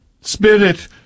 Spirit